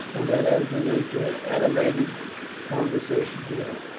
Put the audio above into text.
and then entered into an animated conversation together.